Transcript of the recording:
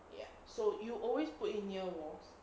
ya so you always put it near walls